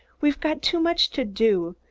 we've got too much to do.